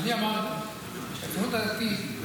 אני אמרתי שהציונות הדתית,